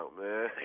man